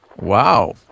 Wow